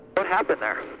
what happened there?